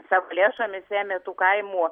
savo lėšomis ėmė tų kaimų